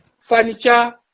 furniture